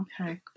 Okay